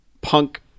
punk